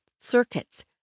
circuits